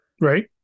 Right